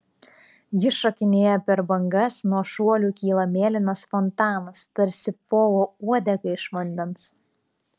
ji šokinėja per bangas nuo šuolių kyla mėlynas fontanas tarsi povo uodega iš vandens